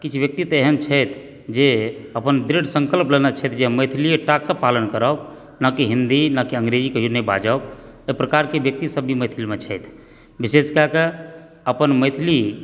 किछ व्यक्तित्व एहन छथि जे अपन दृढ़ सङ्कल्प लेने छथि जे हम मैथिलिएटा कऽ पालन करब नहि हिन्दी नहि अङ्ग्रेजी कहियो नहि बाजब ओहि प्रकारके व्यक्ति सब भी मैथिलमे छथि विशेष कए कऽ अपन मैथिली